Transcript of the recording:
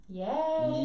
yay